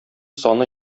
саны